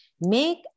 Make